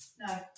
No